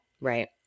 right